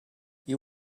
you